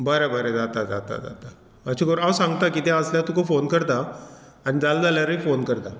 बरें बरें जाता जाता जाता अशें करून हांव सांगता कितें आसल्यार तुका फोन करता आनी जाल जाल्यारूय फोन करता